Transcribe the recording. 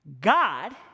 God